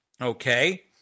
okay